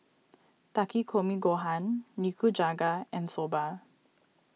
Takikomi Gohan Nikujaga and Soba